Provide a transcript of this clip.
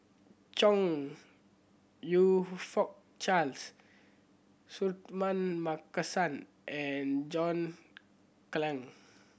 Chong You Fook Charles Suratman Markasan and John Clang